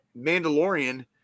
Mandalorian